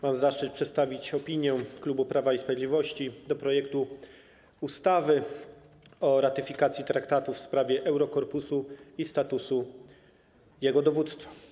Mam zaszczyt przedstawić opinię klubu Prawa i Sprawiedliwości odnośnie do projektu ustawy o ratyfikacji traktatu w sprawie Eurokorpusu i statusu jego dowództwa.